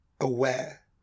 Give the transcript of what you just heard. aware